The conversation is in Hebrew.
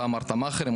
אתה אמרת מעכרים,